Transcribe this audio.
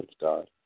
God